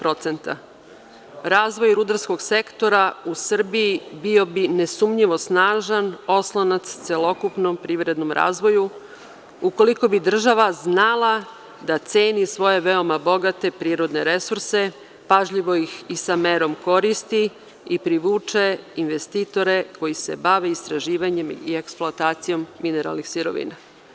Razvoj rudarskog sektora u Srbiji bio bi nesumnjivo snažan oslonac celokupnom privrednom razvoju ukoliko bi država znala da ceni svoje veoma bogate prirodne resurse, pažljivo ih i sa merom koristi i privuče investitore koji se bave istraživanjem i eksploatacijom mineralnih sirovina.